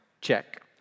check